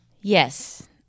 Yes